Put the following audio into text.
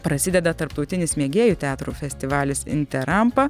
prasideda tarptautinis mėgėjų teatrų festivalis interrampa